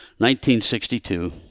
1962